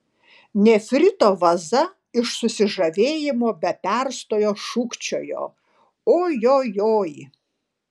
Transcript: nefrito vaza iš susižavėjimo be perstojo šūkčiojo ojojoi